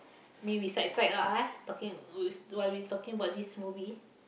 may we sidetrack ah eh talking w~ while we talking about this movie